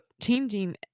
changing